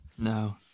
No